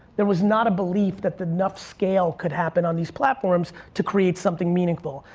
there was not a belief that enough scale could happen on these platforms to create something meaningful.